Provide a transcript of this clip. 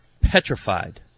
petrified